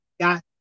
got